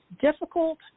difficult